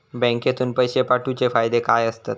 बँकेतून पैशे पाठवूचे फायदे काय असतत?